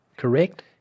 Correct